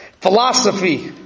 philosophy